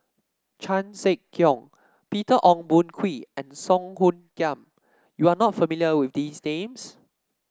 Chan Sek Keong Peter Ong Boon Kwee and Song Hoot Kiam you are not familiar with these names